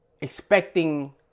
Expecting